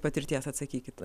patirties atsakykit